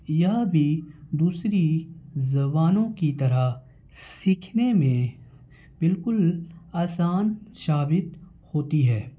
یہ بھی دوسری زبانوں کی طرح سیکھنے میں بالکل آسان ثابت ہوتی ہے